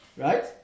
right